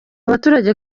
baturage